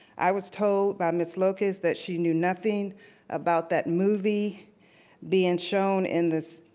i was told by ms. lucas that she knew nothing about that movie being shown in this,